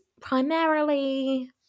primarily